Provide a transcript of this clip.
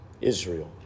Israel